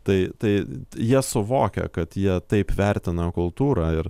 tai tai jie suvokia kad jie taip vertina kultūrą ir